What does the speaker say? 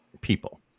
people